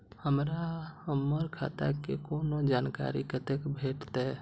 हमरा हमर खाता के कोनो जानकारी कते भेटतै